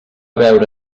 veure